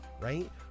right